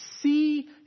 see